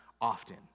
often